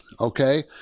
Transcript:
okay